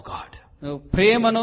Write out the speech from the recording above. God